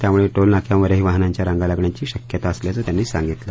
त्यामुळे टोलनाक्यांवरही वाहनांच्या रांगा लागण्याची शक्यता असल्याचं त्यांनी सांगितलं